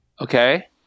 Okay